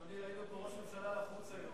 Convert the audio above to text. אדוני, ראינו פה ראש ממשלה לחוץ היום.